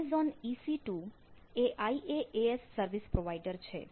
Amazon EC2 એ IaaS service provider છે